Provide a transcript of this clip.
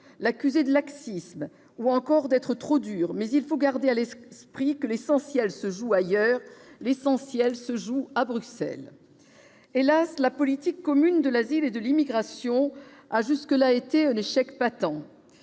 l'accuser d'être laxiste, ou encore d'être trop dur. Mais il faut garder à l'esprit que l'essentiel se joue ailleurs ; l'essentiel se joue à Bruxelles. Hélas, la politique commune de l'asile et de l'immigration a jusque-là été un échec patent.